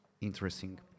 interesting